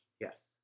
Yes